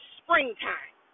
springtime